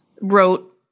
wrote